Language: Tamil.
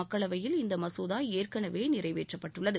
மக்களவையில் இந்த மசோதா ஏற்கனவே நிறைவேற்றப்பட்டுள்ளது